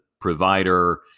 provider